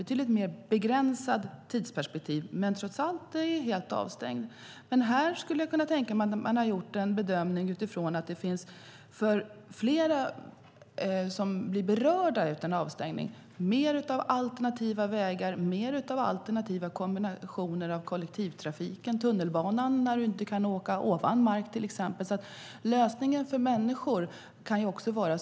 Det är en mer begränsad tid, men det är trots allt helt avstängt. Jag kan tänka mig att man har gjort bedömningen att det för dem som blir berörda av en avstängning finns fler alternativa vägar och kombinationer av kollektivtrafik. Vi har till exempel tunnelbanan som inte går ovan mark.